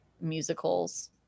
musicals